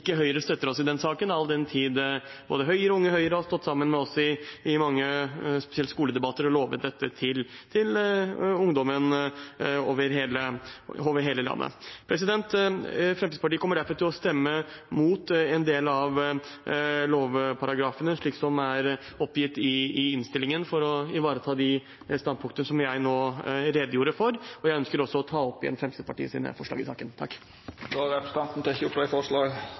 Høyre støtter oss i den saken, all den tid både Høyre og Unge Høyre har stått sammen med oss i mange skoledebatter og lovet dette til ungdom over hele landet. Fremskrittspartiet kommer derfor til å stemme imot en del av lovparagrafene slik de står i innstillingen, for å ivareta de standpunktene som jeg nå redegjorde for. Jeg ønsker også å ta opp Fremskrittspartiets forslag i saken. Representanten Himanshu Gulati har